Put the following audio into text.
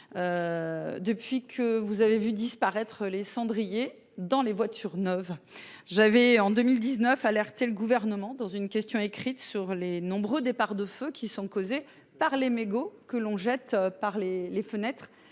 Depuis que vous avez vu disparaître les cendriers dans les voitures neuves. J'avais en 2019 alerter le gouvernement dans une question écrite sur les nombreux départs de feu qui sont causés par les mégots que l'on jette par les les fenêtre